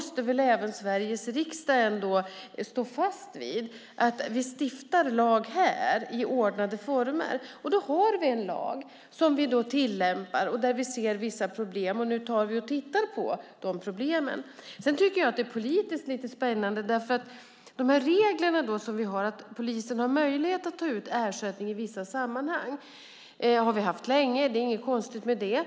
Sveriges riksdag måste väl ändå stå fast vid att lag stiftas här, i ordnade former. Då har vi en lag som vi tillämpar och där vi ser vissa problem, och nu tar vi och tittar på de problemen. Sedan är det politiskt lite spännande, för de regler som vi har om att polisen har möjlighet att ta ut ersättning i vissa sammanhang har vi haft länge, och det är inget konstigt med det.